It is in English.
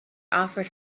offered